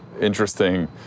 Interesting